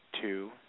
two